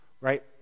Right